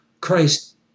Christ